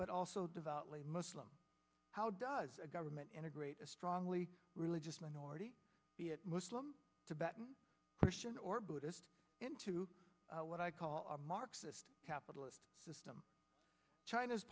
but also devoutly muslim how does a government integrate a strongly religious minority be a muslim tibetans christian or buddhist into what i call a marxist capitalist system china's